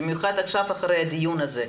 במיוחד עכשיו אחרי הדיון הזה,